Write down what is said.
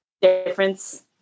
difference